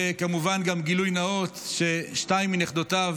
כמובן גם גילוי נאות, שתיים מנכדותיו,